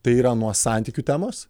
tai yra nuo santykių temos